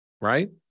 right